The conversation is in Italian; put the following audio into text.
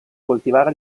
coltivare